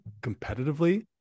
competitively